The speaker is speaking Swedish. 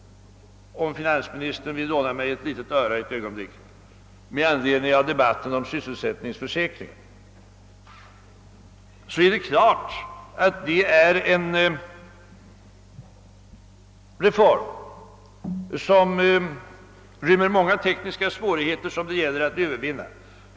Om finansministern vill lyssna ett ögonblick, vill jag med anledning av debatten om sysselsättningsförsäkringen säga, att en sådan försäkring givetvis är en reform, som inrymmer många tekniska svårigheter vilka måste övervinnas.